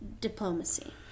diplomacy